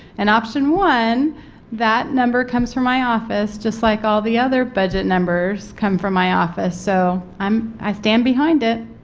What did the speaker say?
an option one that number comes from my office just like all the other budget numbers come from my office so, um i stand behind it.